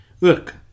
look